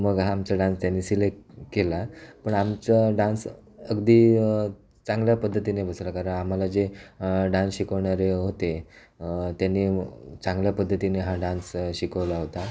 मग हा आमचा डान्स त्यांनी सिलेक केला पण आमचा डान्स अगदी चांगल्या पद्धतीने बसरा खरा आम्हाला जे डान्स शिकवणारे होते त्यांनी चांगल्या पद्धतीने हा डान्स शिकवला होता